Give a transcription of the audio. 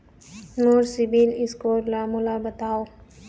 मोर CIBIL score ला मोला बताव?